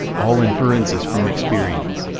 all inferences from experience,